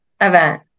event